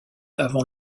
avant